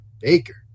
Baker